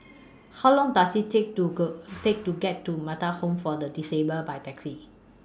How Long Does IT Take to Go Take to get to Metta Home For The Disabled By Taxi